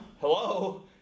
hello